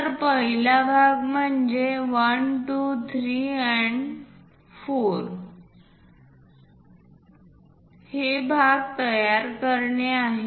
तर पहिला भाग म्हणजे 1 2 3 आणि 4 भाग तयार करणे आहे